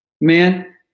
Man